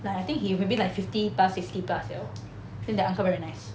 like I think he maybe like fifty plus sixty plus you know then that uncle very nice